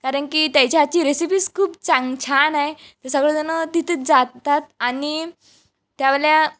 कारणकी त्याच्या हातची रेसिपीज खूप चांग छान आहे ते सगळेजण तिथे जातात आणि त्यावेल्या